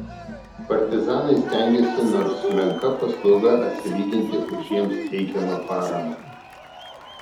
partizanai stengėsi nors menka paslauga atsilyginti už jiems teikiamą paramą